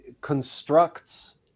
constructs